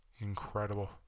incredible